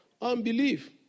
unbelief